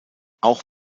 auch